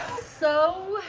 so.